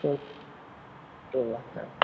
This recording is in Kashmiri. تُل